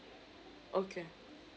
okay